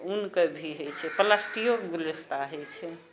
ऊनके भी हय छै प्लास्टिकोके गुलदस्ता हय छै